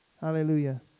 Hallelujah